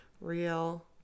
Real